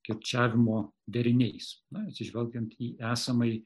kirčiavimo deriniais atsižvelgiant į esamąjį